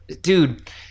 Dude